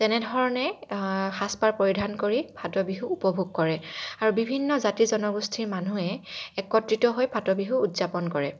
তেনেধৰণে সাজ পাৰ পৰিধান কৰি ফাটবিহু উপভোগ কৰে আৰু বিভিন্ন জাতি জনগোষ্ঠীৰ মানুহে একত্ৰিত হৈ ফাটবিহু উদযাপন কৰে